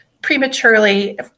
prematurely